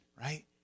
right